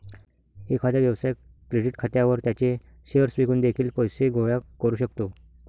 एखादा व्यवसाय क्रेडिट खात्यावर त्याचे शेअर्स विकून देखील पैसे गोळा करू शकतो